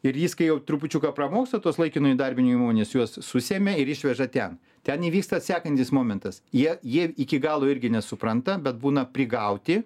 ir jis kai jau trupučiuką pramoksta tos laikino įdarbinimo juos susemia ir išveža ten ten įvyksta sekantis momentas jie jie iki galo irgi nesupranta bet būna prigauti